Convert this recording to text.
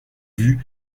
vues